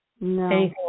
No